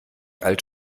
als